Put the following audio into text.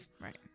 right